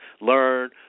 learn